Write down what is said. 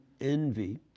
envy